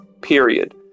period